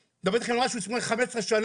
אני מדבר על לפני משהו כמו 15 שנים,